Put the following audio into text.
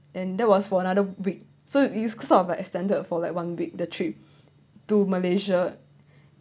and that was for another week so it's sort of like extended for like one week the trip to malaysia